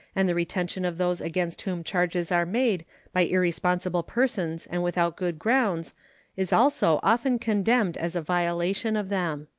and the retention of those against whom charges are made by irresponsible persons and without good grounds is also often condemned as a violation of them.